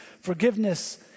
forgiveness